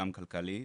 גם כלכלית.